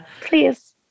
Please